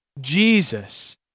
Jesus